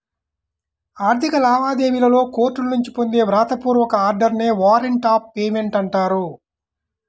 ఆర్థిక లావాదేవీలలో కోర్టుల నుంచి పొందే వ్రాత పూర్వక ఆర్డర్ నే వారెంట్ ఆఫ్ పేమెంట్ అంటారు